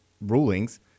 rulings